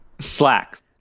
slacks